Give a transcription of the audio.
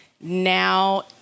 now